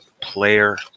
Player